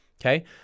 Okay